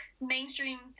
mainstream